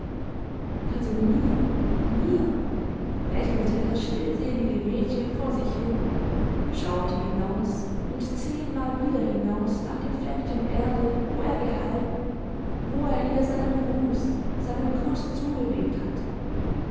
also mir mir lächelte das stillselige mädchen vor sich hin schaute hinaus und zehnmal wieder hinaus nach dem fleckchen erde wo er gehalten wo er ihr seinen gruß seinen kuß zugewinkt hatte